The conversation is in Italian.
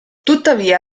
tuttavia